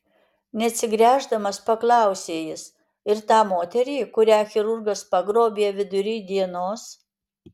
neatsigręždamas paklausė jis ir tą moterį kurią chirurgas pagrobė vidury dienos